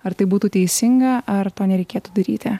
ar tai būtų teisinga ar to nereikėtų daryti